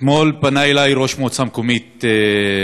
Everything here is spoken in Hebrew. אתמול פנה אלי ראש המועצה המקומית ירכא,